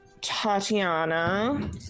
tatiana